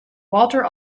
walter